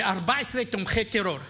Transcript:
ו-14 תומכי טרור.